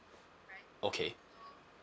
okay